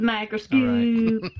Microscope